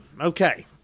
okay